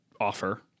offer